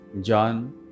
John